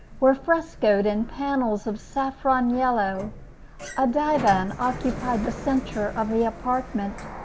were frescoed in panels of saffron yellow a divan occupied the centre of the apartment,